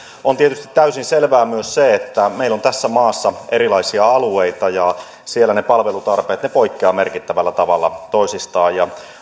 on tietysti täysin selvää myös se että meillä on tässä maassa erilaisia alueita ja siellä ne palvelutarpeet poikkeavat merkittävällä tavalla toisistaan